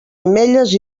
ametlles